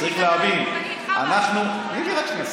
גם אני מגנה אלימות, אני איתך, תני לי רק שנייה.